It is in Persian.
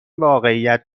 واقعیت